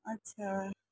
अच्छा